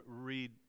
read